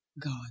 God